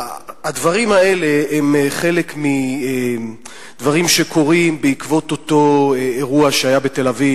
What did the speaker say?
הדברים האלה הם חלק מדברים שקורים בעקבות אותו אירוע שהיה בתל-אביב,